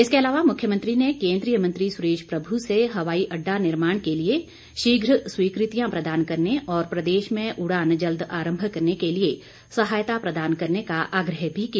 इसके अलावा मुख्यमंत्री ने कोन्द्रीय मंत्री सुरेश प्रभु से हवाई अड्डा निर्माण के लिए शीघ्र स्वीकृतियां प्रदान करने और प्रदेश में उड़ान जल्द आरंभ करने के लिए सहायता प्रदान करने का आग्रह भी किया